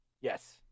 Yes